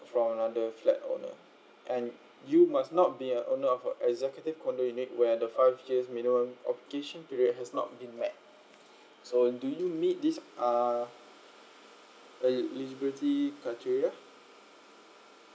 from another flat owner and you must not be an owner of a executive condo unit where the five case minimum aufication period has not been met so do you meet this uh eligibility criteria